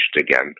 again